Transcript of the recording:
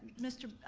mr.